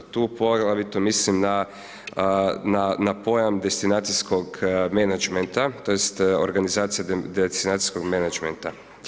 Tu poglavito mislim na, na pojam destinacijskog menadžmenta tj. organizacija destinacijskog menadžmenta.